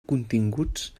continguts